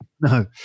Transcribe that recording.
No